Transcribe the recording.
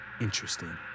interesting